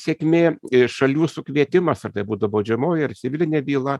sėkmė šalių sukvietimas ar tai būtų baudžiamoji ar civilinė byla